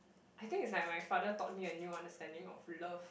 I think it's like my father taught me a new understanding of love